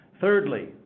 Thirdly